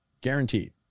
Guaranteed